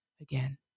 again